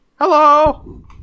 Hello